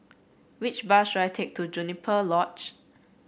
which bus should I take to Juniper Lodge